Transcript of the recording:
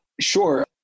Sure